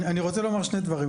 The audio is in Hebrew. אני רוצה לומר שני דברים.